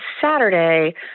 Saturday